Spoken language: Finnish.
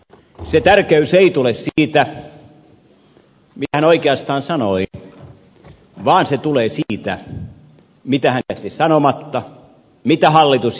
se tärkeys ei tule siitä mitä hän oikeastaan sanoi vaan se tulee siitä mitä hän jätti sanomatta mitä hallitus jättää tekemättä